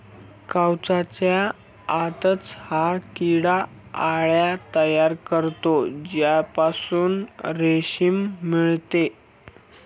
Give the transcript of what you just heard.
कवचाच्या आतच हा किडा अळ्या तयार करतो ज्यापासून रेशीम मिळते